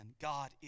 God